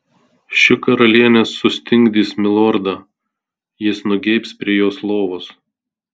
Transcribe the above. ši karalienė sustingdys milordą jis nugeibs prie jos lovos